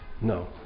No